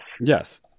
yes